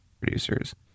producers